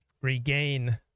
regain